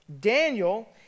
Daniel